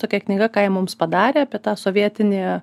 tokia knyga ką jie mums padarė apie tą sovietinį